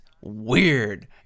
weird